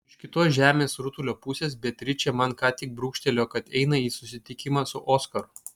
iš kitos žemės rutulio pusės beatričė man ką tik brūkštelėjo kad eina į susitikimą su oskaru